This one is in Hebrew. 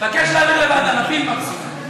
תבקש להעביר לוועדה, נפיל מקסימום.